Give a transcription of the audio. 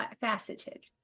faceted